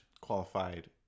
Qualified